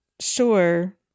sure